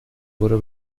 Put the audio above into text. برو